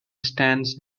stance